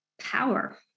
power